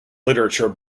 literature